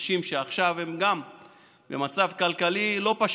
אנשים שהם עכשיו גם במצב כלכלי לא פשוט,